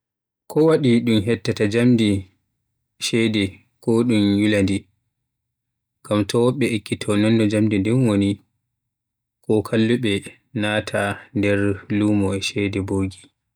Ko wadi dun hettata jamdi ceede ko dun yulaata ndi, ngam to wobbe ekkito nonno jamdi din woni to kallube naata nder lume a ceede bogi.